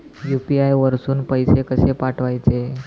UPI वरसून पैसे कसे पाठवचे?